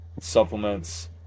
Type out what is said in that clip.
supplements